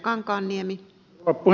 rouva puhemies